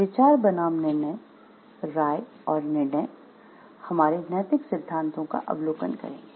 विचार बनाम निर्णय राय और निर्णय हमारे नैतिक सिद्धांतों का अवलोकन करेंगे